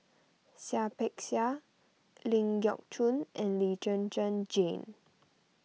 Seah Peck Seah Ling Geok Choon and Lee Zhen Zhen Jane